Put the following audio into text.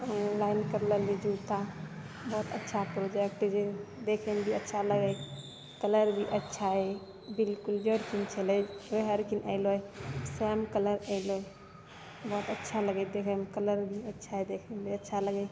online कर लेलियै जूता बहुत अच्छा प्रोडक्ट जे देखैमे भी अच्छा लगै कलर भी अच्छा अइ सेम कलर अयलै बहुत अच्छा लगै हय देखैमे कलर भी अच्छा देखैमे अच्छा लगै